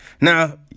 Now